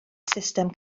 system